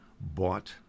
bought